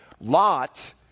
Lot